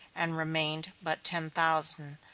and remained but ten thousand.